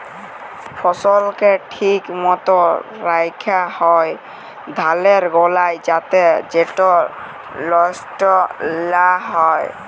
ফসলকে ঠিক মত রাখ্যা হ্যয় ধালের গলায় যাতে সেট লষ্ট লা হ্যয়